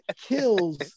kills